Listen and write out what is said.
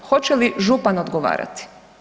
Hoće li župan odgovarati?